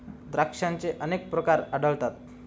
द्राक्षांचे अनेक प्रकार आढळतात